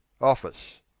office